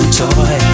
toy